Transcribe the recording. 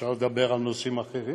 אפשר לדבר על נושאים אחרים?